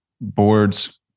boards